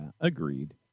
agreed